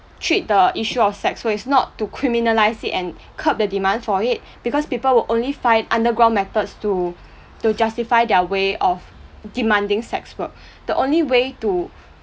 treat the issue of sex work it's not to criminalise it and curb the demand for it because people would only find underground methods to to justify their way of demanding sex work the only way to